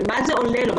במה זה עולה לו,